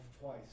twice